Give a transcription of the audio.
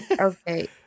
Okay